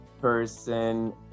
person